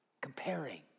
Comparing